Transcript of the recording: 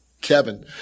Kevin